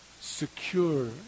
secure